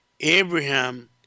Abraham